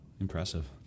impressive